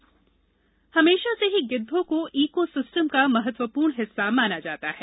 गिद्ध गणना हमेशा से ही गिद्वो को इकों सिस्टम का महत्वपूर्ण हिस्सा माना जाता है